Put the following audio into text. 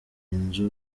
inzu